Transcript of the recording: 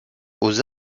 aux